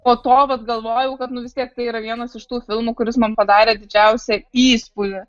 po to vat galvojau kad nu vis tiek tai yra vienas iš tų filmų kuris man padarė didžiausią įspūdį